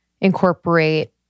incorporate